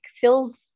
feels